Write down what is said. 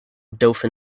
dauphin